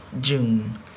June